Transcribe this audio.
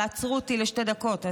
אבל עצרו אותי לשתי דקות,